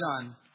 done